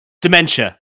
Dementia